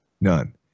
none